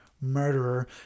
murderer